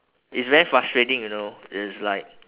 it's very frustrating you know it's like